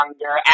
younger